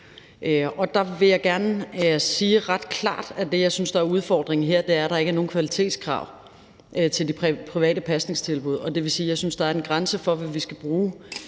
Der vil jeg gerne sige ret klart, at det, jeg synes er udfordringen her, er, at der ikke er nogen kvalitetskrav til de private pasningstilbud. Det vil sige, at jeg synes, at der er en grænse for, hvad vi skal bruge